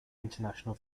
international